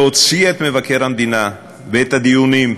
להוציא את מבקר המדינה ואת הדיונים,